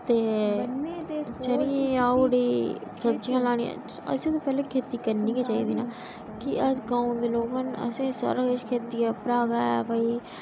ते चनें गी सब्ज़ी लानी असें ते पैह्ले खेती करनी गै चाहिदी न कि अस गावों ते लोग न असेंगी सारा किश खेतियै उप्परा गै भई